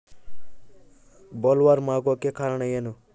Bollworm ಆಗೋಕೆ ಕಾರಣ ಏನು?